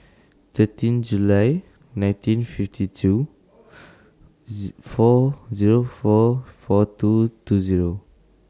thirteen July nineteen fifty two four Zero four four two two Zero